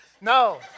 No